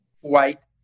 white